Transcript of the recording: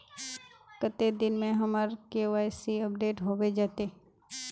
कते दिन में हमर के.वाई.सी अपडेट होबे जयते?